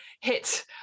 hit